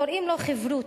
קוראים לו "חִברות".